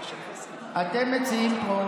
אתם מציעים פה,